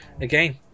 again